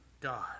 God